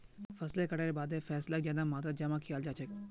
फसलेर कटाईर बादे फैसलक ज्यादा मात्रात जमा कियाल जा छे